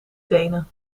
tenen